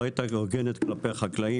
לא הייתה הוגנת כלפי החקלאים,